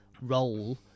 role